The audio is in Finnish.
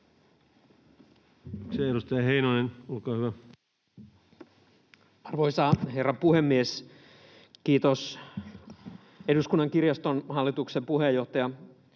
— Edustaja Heinonen, olkaa hyvä. Arvoisa herra puhemies! Kiitos Eduskunnan kirjaston hallituksen puheenjohtajalle,